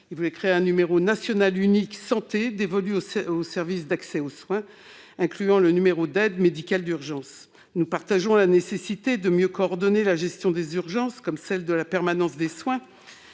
il entendait créer un numéro national unique santé dévolu aux services d'accès aux soins, incluant le numéro d'aide médicale d'urgence. Nous partageons la nécessité de mieux coordonner la gestion des urgences, comme celle de la permanence des soins,